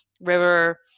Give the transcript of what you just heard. River